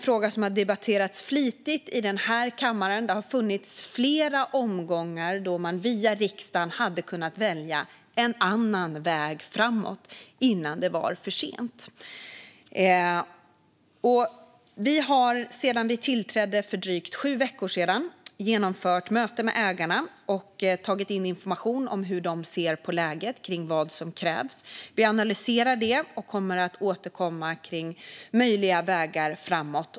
Frågan har debatterats flitigt i den här kammaren, och det har funnits flera omgångar då man via riksdagen hade kunnat välja en annan väg framåt innan det var för sent. Vi har sedan vi tillträdde för drygt sju veckor sedan genomfört möten med ägarna och tagit in information om hur de ser på läget och vad som krävs. Vi analyserar den och kommer att återkomma om möjliga vägar framåt.